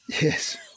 Yes